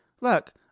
look